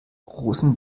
rosen